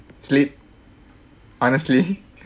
sleep honestly